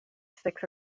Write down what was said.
six